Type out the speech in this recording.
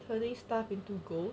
planning staff into gold